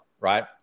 right